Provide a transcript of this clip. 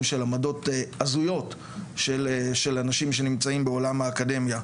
של עמדות הזויות של אנשים שנמצאים בעולם האקדמיה.